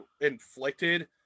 inflicted